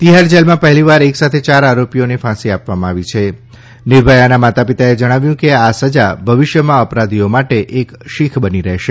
તિહાર જેલમાં પહેલીવાર એક સાથે ચાર આરોપીઓને ફાંસી આપવામાં આવી છી નિર્ભયાના માતા પિતાએ જણાવ્યું કે આ સજા ભવિષ્યમાં અપરાધીઓ માટે એક શીખ બનશે